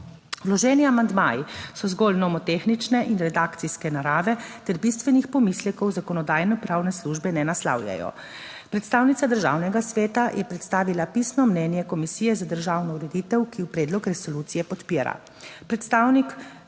Vloženi amandmaji so zgolj nomotehnične in redakcijske narave ter bistvenih pomislekov Zakonodajno-pravne službe ne naslavljajo. Predstavnica Državnega sveta je predstavila pisno mnenje Komisije za državno ureditev, ki predlog resolucije podpira.